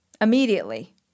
Immediately